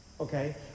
Okay